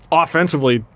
um offensively,